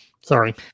Sorry